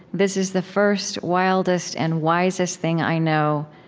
this is the first, wildest, and wisest thing i know,